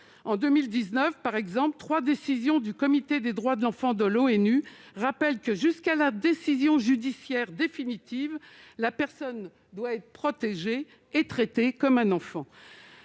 en 2019, trois décisions du Comité des droits de l'enfant des Nations unies rappellent que, jusqu'à la décision judiciaire définitive, la personne doit être protégée et traitée comme un enfant.